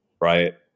Right